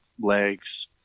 legs